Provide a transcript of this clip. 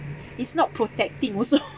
it's not protecting also